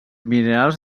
minerals